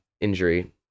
injury